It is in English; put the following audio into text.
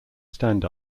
stand